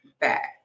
back